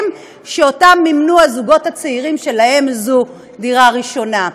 שאותם מימנו הזוגות הצעירים שלהם זו דירה ראשונה.